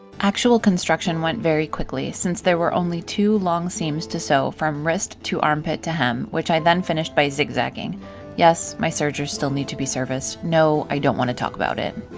actual construction went very quickly, since there were only two long seams to sew from wrist to armpit to hem, which i then finished by zigzagging yes my sergers still need to be serviced, not i don't want to talk about it.